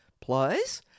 Plus